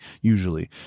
usually